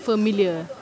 familiar